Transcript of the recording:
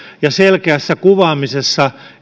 ja niiden selkeässä kuvaamisessa